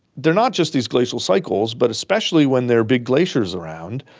there are not just these glacial cycles, but especially when there are big glaciers around,